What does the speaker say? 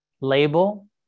label